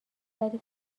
ولی